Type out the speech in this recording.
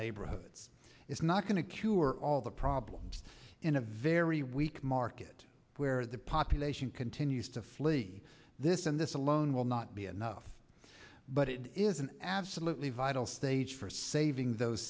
neighborhoods it's not going to cure all the problems in a very weak market where the population continues to flee this and this alone will not be enough but it is an absolutely vital stage for saving those